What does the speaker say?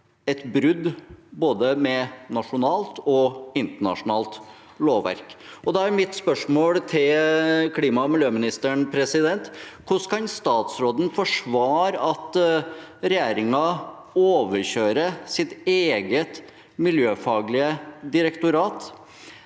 et brudd med både nasjonalt og internasjonalt lovverk. Da er mitt spørsmål til klima- og miljøministeren: Hvordan kan statsråden forsvare at regjeringen overkjører sitt eget miljøfaglige direktorat